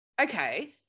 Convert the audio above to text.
Okay